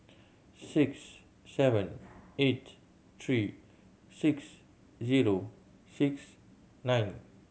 six seven eight three six zero six nine